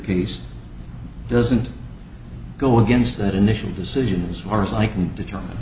case doesn't go against that initial decision as far as i can determine